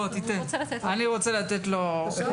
אבל אני רוצה לספר לכם שמהיום הראשון שהגעתי לכנסת,